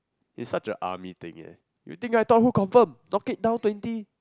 it's such an army thing eh you think I thought who confirm knock it down twenty